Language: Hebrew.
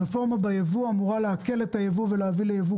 הרפורמה ביבוא אמורה להקל את היבוא ולהביא ליבוא